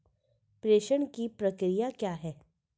प्रेषण की प्रक्रिया क्या है?